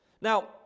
Now